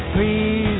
Please